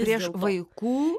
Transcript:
prieš vaikų